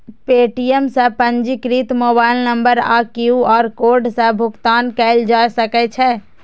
Paytm सं पंजीकृत mobile number आ क्यू.आर कोड सं भुगतान कैल जा सकै छै